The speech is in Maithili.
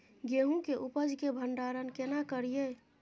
गेहूं के उपज के भंडारन केना करियै?